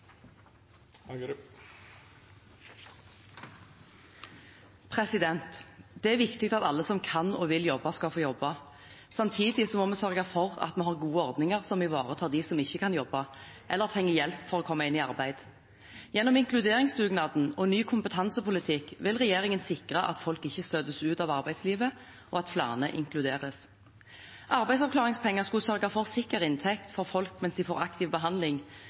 Det er viktig at alle som kan og vil jobbe, skal få jobbe. Samtidig må vi sørge for at vi har gode ordninger som ivaretar dem som ikke kan jobbe, eller som trenger hjelp for å komme inn i arbeid. Gjennom inkluderingsdugnaden og ny kompetansepolitikk vil regjeringen sikre at folk ikke støtes ut av arbeidslivet, og at flere inkluderes. Arbeidsavklaringspenger skulle sørge for sikker inntekt for folk mens de får aktiv behandling,